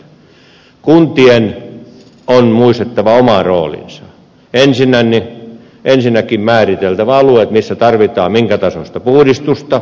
kuntien on muistettava oma roolinsa ensinnäkin määriteltävä alueet missä tarvitaan ja minkä tasoista puhdistusta